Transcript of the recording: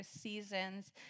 seasons